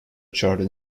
charted